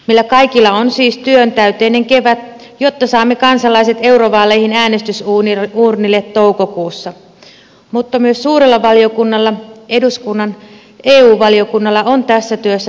meillä kaikilla on siis työntäyteinen kevät jotta saamme kansalaiset eurovaalien äänestysuurnille toukokuussa mutta myös suurella valiokunnalla eduskunnan eu valiokunnalla on tässä työssä tärkeä rooli